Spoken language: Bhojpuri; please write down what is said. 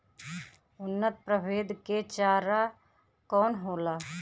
उन्नत प्रभेद के चारा कौन होला?